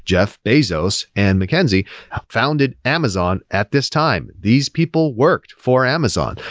jeff bezos and mackenzie founded amazon at this time. these people worked for amazon.